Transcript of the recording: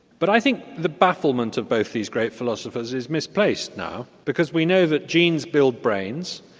but i think the bafflement of both these great philosophers is misplaced now because we know that genes build brains,